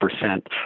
percent